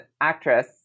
actress